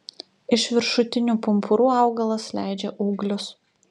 iš viršutinių pumpurų augalas leidžia ūglius